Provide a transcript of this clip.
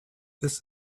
this